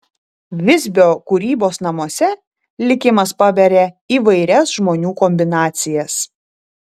visbio kūrybos namuose likimas paberia įvairias žmonių kombinacijas